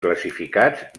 classificats